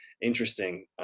interesting